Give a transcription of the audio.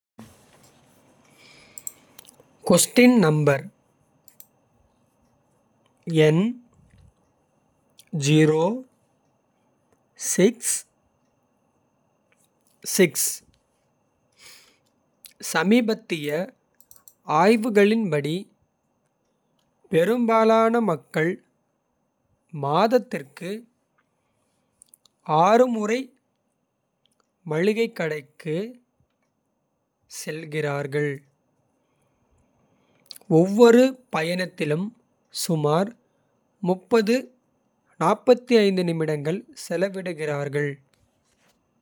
சமீபத்திய ஆய்வுகளின்படி பெரும்பாலான. மக்கள் மாதத்திற்கு முறை மளிகைக் கடைக்குச். செல்கிறார்கள் ஒவ்வொரு பயணத்திலும் சுமார். நிமிடங்கள் செலவிடுகிறார்கள்.